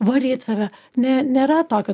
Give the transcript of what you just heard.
varyt save ne nėra tokio